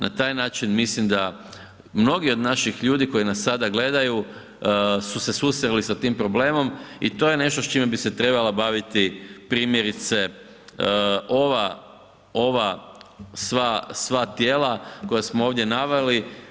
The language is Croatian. Na taj način mislim da mnogi od naših ljudi koji nas sada gledaju su se susreli sa tim problemom i to je nešto s čime bi se trebala baviti primjerice ova sva tijela koja smo ovdje naveli.